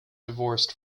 divorced